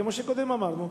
כמו שקודם אמרנו,